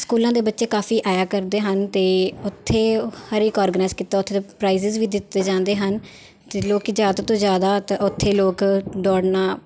ਸਕੂਲਾਂ ਦੇ ਬੱਚੇ ਕਾਫੀ ਆਇਆ ਕਰਦੇ ਹਨ ਅਤੇ ਉੱਥੇ ਹਰੇਕ ਔਰਗਨਾਈਜ ਕੀਤਾ ਉੱਥੇ ਦਾ ਪ੍ਰਾਈਜ਼ਿਜ਼ ਵੀ ਦਿੱਤੇ ਜਾਂਦੇ ਹਨ ਅਤੇ ਲੋਕ ਜ਼ਿਆਦਾ ਤੋਂ ਜਿਆਦਾ ਉਤ ਉੱਥੇ ਲੋਕ ਦੌੜਨਾ